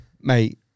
Mate